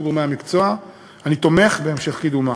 גורמי המקצוע אני תומך בהמשך קידומה.